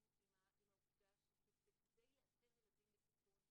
עם העובדה שכדי לאתר ילדים בסיכון,